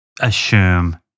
assume